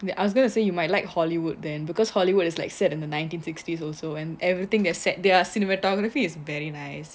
that I was going to say you might like hollywood then because hollywood is like set in the nineteen sixties also and everything that set their cinematography is very nice